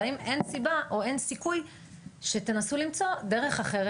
והאם אין סיבה או אין סיכוי שתנסו למצוא דרך אחרת?